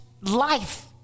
life